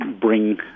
bring